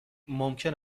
ممکن